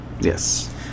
yes